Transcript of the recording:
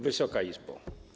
Wysoka Izbo!